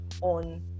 on